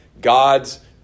God's